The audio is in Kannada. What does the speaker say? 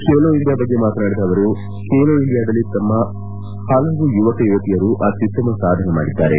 ಬೇಲೋ ಇಂಡಿಯಾ ಬಗ್ಗೆ ಮಾತನಾಡಿದ ಅವರು ಖೇಲೋ ಇಂಡಿಯಾದಲ್ಲಿ ನಮ್ಮ ಹಲವು ಯುವಕ ಯುವತಿಯರು ಅತ್ನುತ್ತಮ ಸಾಧನೆ ಮಾಡಿದ್ಗಾರೆ